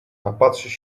napatrzysz